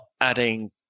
adding